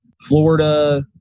Florida